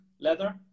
leather